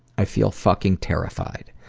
i feel fucking terrified.